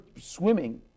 swimming